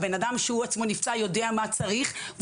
כשהאדם שנפצע יודע בעצמו מה צריך,